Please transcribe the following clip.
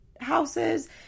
houses